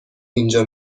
اینجا